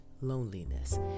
loneliness